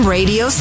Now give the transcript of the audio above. Radio